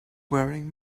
wearing